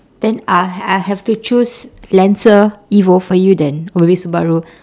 then I I have to choose lancer evo for you then or maybe subaru